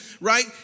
right